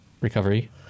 recovery